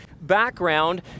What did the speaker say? background